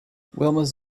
wilma’s